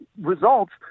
results